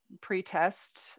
pre-test